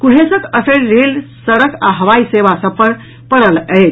कुहेसक असरि रेल सड़क आ हवाई सेवा सभ पर पडल अछि